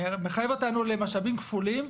זה מחייב אותנו למשאבים כפולים,